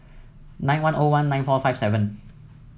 nine one O one nine four five seven